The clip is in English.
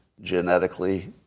genetically